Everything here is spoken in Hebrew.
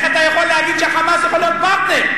איך אתה יכול להגיד שה"חמאס" יכול להיות פרטנר?